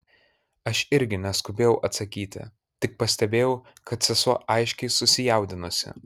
aš irgi neskubėjau atsakyti tik pastebėjau kad sesuo aiškiai susijaudinusi